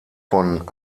von